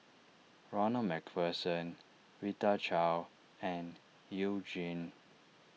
Ronald MacPherson Rita Chao and You Jin